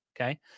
Okay